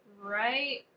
right